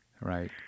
right